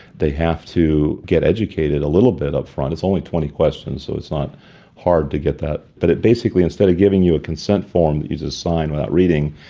they have to get educated a little bit upfront. it's only twenty questions, so it's not hard to get that but it basically instead of giving you a consent form that you just sign without reading,